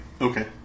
Okay